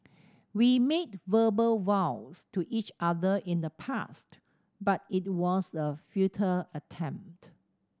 we made verbal vows to each other in the past but it was a futile attempt